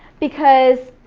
because